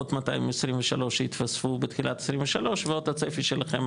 עוד 223 שהתווספו בתחילת 23 ועוד הצפי שלכם,